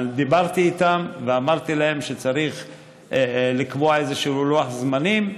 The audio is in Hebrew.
דיברתי איתם ואמרתי להם שצריך לקבוע איזשהו לוח זמנים.